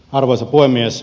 arvoisa puhemies